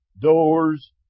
doors